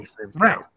Right